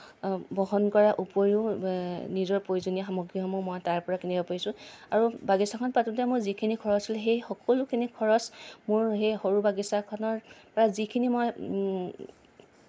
বহন কৰাৰ উপৰিও নিজৰ প্ৰয়োজনীয় সামগ্ৰীসমূহ মই তাৰ পৰা কিনিব পাৰিছোঁ আৰু বাগিছাখন পাতোঁতে মোৰ যিখিনি খৰচ হ'ল সেই সকলোখিনি খৰচ মোৰ সেই সৰু বাগিছাখনৰ পৰা যিখিনি মই